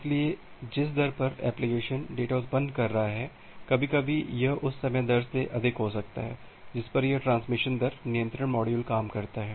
इसलिए जिस दर पर एप्लिकेशन डेटा उत्पन्न कर रहा है कभी कभी यह उस समय दर से अधिक हो सकता है जिस पर यह ट्रांसमिशन दर नियंत्रण मॉड्यूल काम करता है